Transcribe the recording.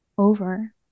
over